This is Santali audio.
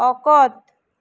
ᱚᱠᱚᱛ